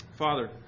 Father